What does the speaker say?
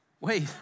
Wait